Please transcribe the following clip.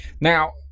Now